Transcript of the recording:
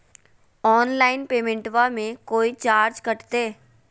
Online पेमेंटबां मे कोइ चार्ज कटते?